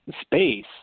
space